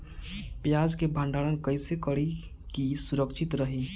प्याज के भंडारण कइसे करी की सुरक्षित रही?